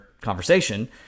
conversation